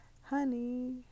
Honey